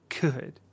good